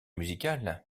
musical